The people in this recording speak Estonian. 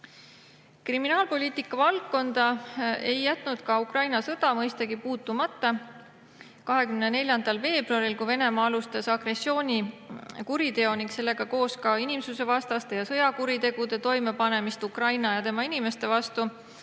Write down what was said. Kriminaalpoliitika valdkonda ei jätnud ka Ukraina sõda mõistagi puutumata. 24. veebruaril, kui Venemaa alustas agressioonikuriteo ning sellega koos ka inimsusevastaste ja sõjakuritegude toimepanemist Ukraina ja tema inimeste vastu,